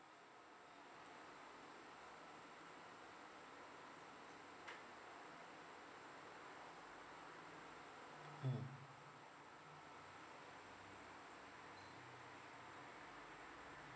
mm